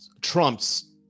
trumps